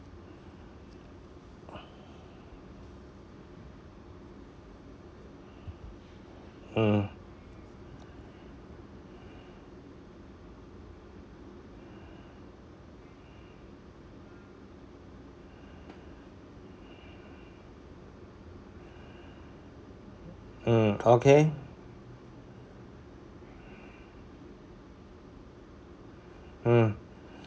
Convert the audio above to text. hmm hmm okay hmm